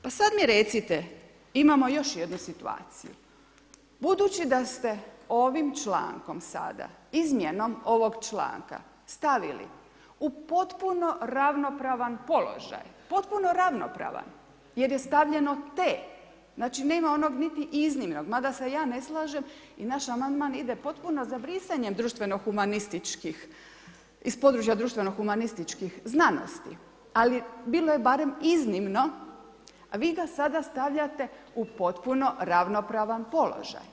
Pa sad mi recite, imamo još jednu situaciju, budući da ste ovim člankom sada, izmjenom ovog članka stavili u potpuno ravnopravan položaj, potpuno ravnopravan, jer je stavljeno „te“, znači nema onog niti iznimno, mada se ja ne slažem i naš amandman ide potpuno za brisanjem društveno-humanističkih, iz područja društveno-humanističkih znanosti, ali bilo je barem iznimno, a vi ga sada stavljate u potpuno ravnopravan položaj.